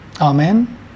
Amen